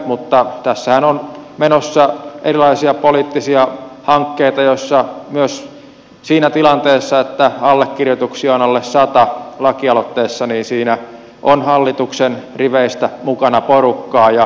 mutta tässähän on menossa erilaisia poliittisia hankkeita jotka myös siinä tilanteessa että allekirjoituksia on alle sata lakialoitteessa jos siinä on hallituksen riveistä mukana porukkaa saattavat edetä